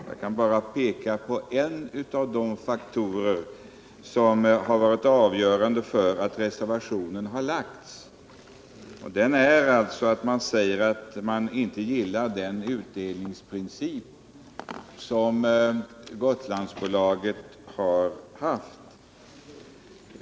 Jag kan bara peka på en av de faktorer som varit avgörande för att reservationen har lagts: man gillar inte den utdelningsprincip som Gotlandsbolaget har haft.